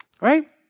right